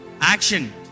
action